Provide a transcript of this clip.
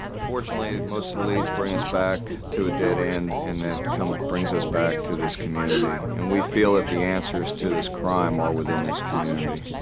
unfortunately, most of the leads bring us back to a dead end and that brings us back to this community. and we feel that the answers to this crime are within this community.